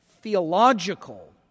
theological